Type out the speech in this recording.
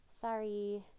sorry